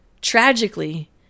Tragically